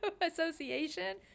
association